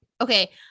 Okay